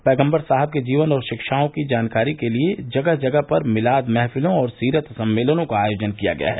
पैगम्बर साहब के जीवन और शिक्षाओं की जानकारी देने के लिए जगह जगह पर मिलाद महफिलों और सीरत सम्मेलनों का आयोजन किया गया है